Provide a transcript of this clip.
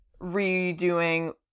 redoing